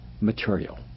material